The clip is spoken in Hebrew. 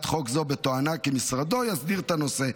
חוק זו בתואנה כי משרדו יסדיר את הנושא,